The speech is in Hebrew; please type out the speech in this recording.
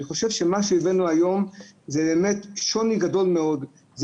אני חושב שמה שהבאנו היום יש בו שוני גדול מאוד,